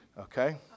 okay